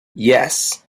yes